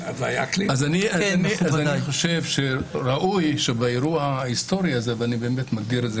אני חושב שראוי באירוע ההיסטורי הזה אני באמת מגדיר את זה